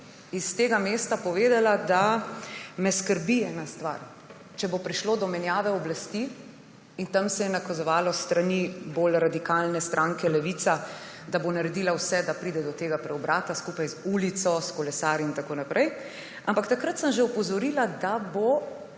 iz tega mesta povedala, da me skrbi ena stvar, če bo prišlo do menjave oblasti. In tam se je nakazovalo s strani bolj radikalne stranke Levica, da bo naredila vse, da pride do tega preobrata skupaj z ulico, s kolesarji in tako naprej. Ampak takrat sem že opozorila, da bo